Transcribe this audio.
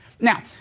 Now